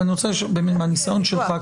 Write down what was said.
מהניסיון שלך,